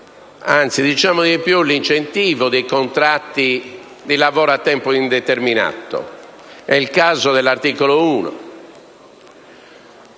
anzi, diciamo di più, l'incentivazione dei contratti di lavoro a tempo indeterminato, come nel caso dell'articolo 1,